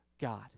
God